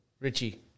Richie